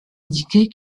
indiquer